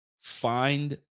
find